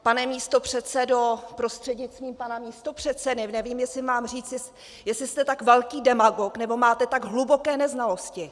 Pane místopředsedo prostřednictvím pana místopředsedy, nevím, jestli mám říci, že jste tak velký demagog, nebo máte tak hluboké neznalosti.